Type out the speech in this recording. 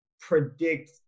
predict